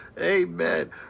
Amen